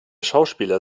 schauspieler